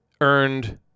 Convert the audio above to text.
earned